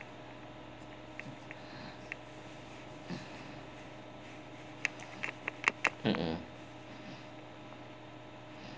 mmhmm